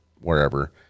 wherever